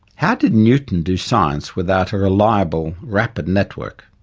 how did newton do science without a reliable, rapid network?